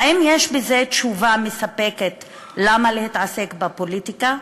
האם יש בזה תשובה מספקת למה להתעסק בפוליטיקה?